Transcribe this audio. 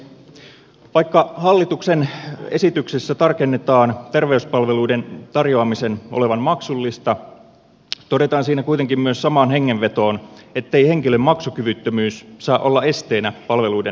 vaikka hallituksen esityksessä tarkennetaan terveyspalveluiden tarjoamisen olevan maksullista todetaan siinä kuitenkin myös samaan hengenvetoon ettei henkilön maksukyvyttömyys saa olla esteenä palveluiden tarjoamiselle